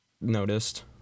noticed